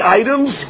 items